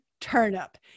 turnip